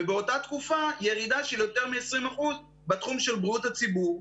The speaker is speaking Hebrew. ובאותה תקופה ירידה של יותר מ-20% בתחום של בריאות הציבור,